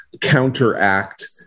counteract